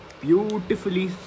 beautifully